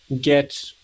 get